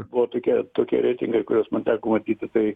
buvo tokie tokie reitingai kuriuos man teko matyti tai